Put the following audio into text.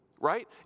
right